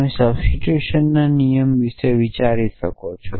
તમે સબસ્ટીટ્યુશનના નિયમ વિશે વિચારી શકો છો